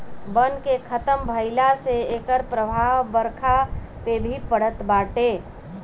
वन के खतम भइला से एकर प्रभाव बरखा पे भी पड़त बाटे